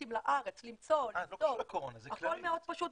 הפרויקטים לארץ, למצוא, הכל מאוד פשוט.